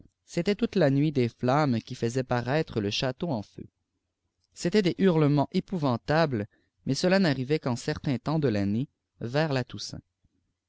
c'étaient toute la nuit des flammes qui faisaient paraître le château en feu c'étaient des hurlements épouvantables mais cela n'arrivait qu'en certain temps de l'année vers la toussaint